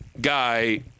guy